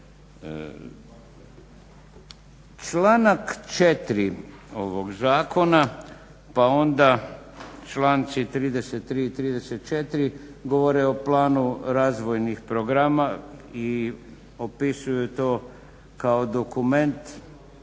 Članak 4.ovog zakona pa onda članci 33. i 34.govore o planu razvojnih programa i opisuju to kao dokument